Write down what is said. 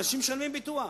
אנשים משלמים ביטוח.